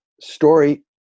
story